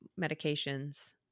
medications